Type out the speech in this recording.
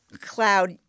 cloud